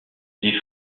les